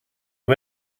you